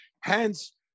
Hence